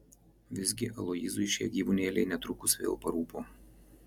visgi aloyzui šie gyvūnėliai netrukus vėl parūpo